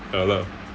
ya lah